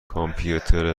کامپیوتر